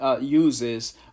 Uses